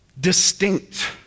distinct